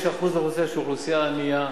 יש אחוז באוכלוסייה שהוא אוכלוסייה ענייה,